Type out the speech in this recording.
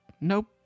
nope